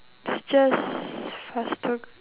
this just faster c~